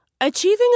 Achieving